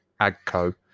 AGCO